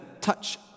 touch